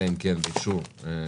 אלא אם כן באישור כללי,